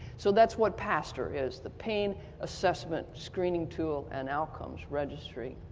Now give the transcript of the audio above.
so that's what pastor is. the pain assessment screening tool and outcomes registry.